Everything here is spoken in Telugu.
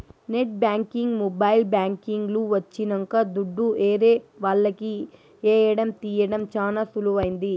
నెట్ బ్యాంకింగ్ మొబైల్ బ్యాంకింగ్ లు వచ్చినంక దుడ్డు ఏరే వాళ్లకి ఏయడం తీయడం చానా సులువైంది